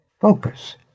focus